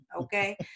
Okay